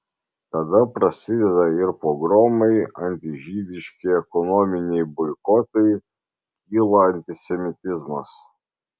tada prasideda ir pogromai antižydiški ekonominiai boikotai kyla antisemitizmas